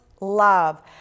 love